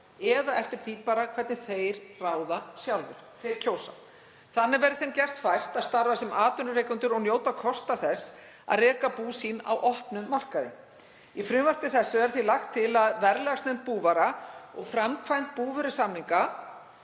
eða eftir því sem þeir kjósa. Þannig verði þeim gert fært að starfa sem atvinnurekendur og njóta kosta þess að reka bú sín á opnum markaði. Í frumvarpi þessu er því lagt til að verðlagsnefnd búvara og framkvæmdanefnd búvörusamninga